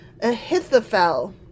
Ahithophel